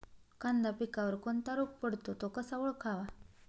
कांदा पिकावर कोणता रोग पडतो? तो कसा ओळखावा?